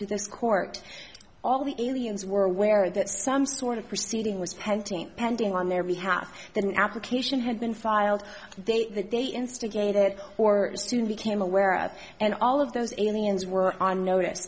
to this court all the aliens were aware that some sort of proceeding was pending pending on their behalf that an application had been filed they that they instigated or soon became aware of and all of those aliens were on notice